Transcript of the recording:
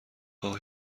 اقای